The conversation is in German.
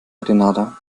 grenada